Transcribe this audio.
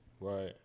right